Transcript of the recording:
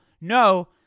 no